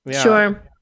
Sure